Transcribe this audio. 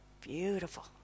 Beautiful